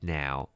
now